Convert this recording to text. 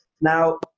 Now